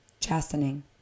chastening